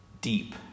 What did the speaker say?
deep